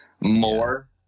more